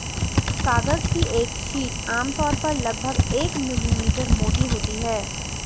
कागज की एक शीट आमतौर पर लगभग एक मिलीमीटर मोटी होती है